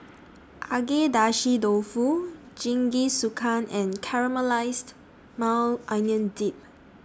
Agedashi Dofu Jingisukan and Caramelized Maui Onion Dip